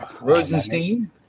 Rosenstein